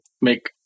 make